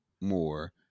more